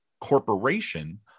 Corporation